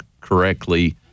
correctly